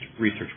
research